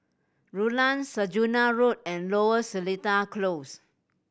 Rulang Saujana Road and Lower Seletar Close